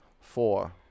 four